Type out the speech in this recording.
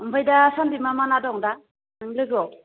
ओमफ्राय दासान्दि मा मा ना दं दा नोंनि लोगोआव